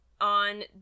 On